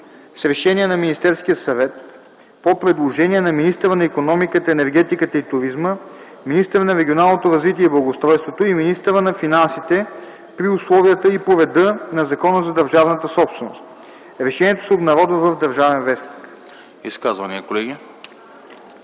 с решение на Министерския съвет по предложение на министъра на икономиката, енергетиката и туризма, министъра на регионалното развитие и благоустройството и министъра на финансите при условията и по реда на Закона за държавната собственост. Решението се обнародва в „Държавен вестник”.”